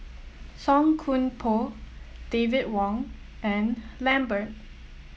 Song Koon Poh David Wong and Lambert